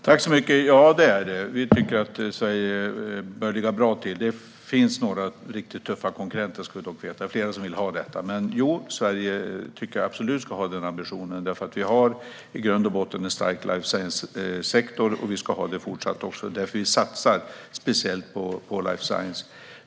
Herr talman! Ja, det är det. Vi tycker att Sverige bör ligga bra till. Det finns några riktigt tuffa konkurrenter ska vi dock veta; det är fler som vill ha detta. Men jag tycker absolut att Sverige ska ha den ambitionen, för vi har i grund och botten en stark life science-sektor, och det ska vi ha också fortsatt. Det är därför vi satsar speciellt på life science.